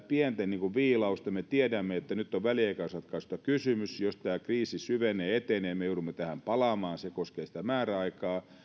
pientä viilausta me tiedämme että nyt on väliaikaisratkaisusta kysymys jos tämä kriisi syvenee etenee me joudumme tähän palaamaan se koskee sitä määräaikaa